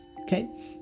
okay